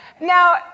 Now